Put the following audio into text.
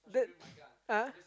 that ah